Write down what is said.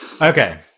Okay